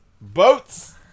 Boats